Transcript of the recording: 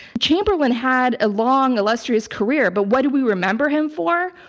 chamberlain had a long, illustrious career. but what do we remember him for?